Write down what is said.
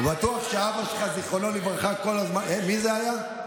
בטוח שאבא שלך, זיכרונו לברכה כל הזמן, מי זה היה?